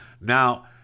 Now